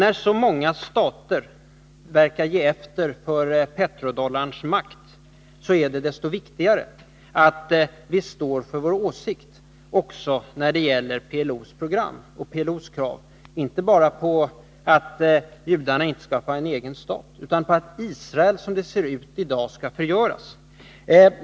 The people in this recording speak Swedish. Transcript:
När så många stater verkar ge efter för petrodollarns makt, är det desto viktigare att vi står för vår åsikt när det gäller PLO:s program och dess krav på inte bara att judarna skall förvägras en egen stat utan på att Israel som det ser ut i dag skall förgöras.